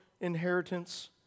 inheritance